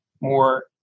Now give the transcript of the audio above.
more